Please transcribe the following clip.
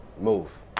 move